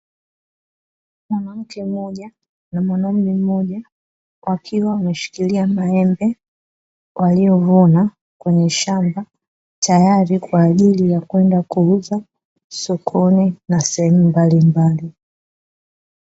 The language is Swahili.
Mwanmke mmoja, na mwanaume mmoja, wakiwa wameshikilia maembe waliovuna kwenye shamba, tayari kwa ajili ya kwenda kuuza sokoni na sehemu mbalimbali.